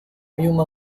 human